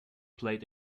played